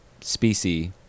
species